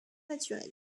naturelle